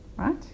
right